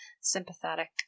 sympathetic